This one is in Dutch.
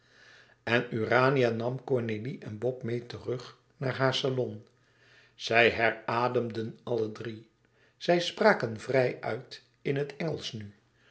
en urania nam cornélie en bob meê terug naar haar salon zij herademden alle drie zij spraken vrij uit in het engelsch nu